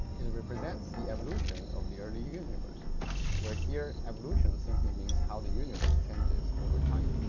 it represents the evolution of the early universe where here evolution simply means how the universe changes over time.